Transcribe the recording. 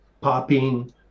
popping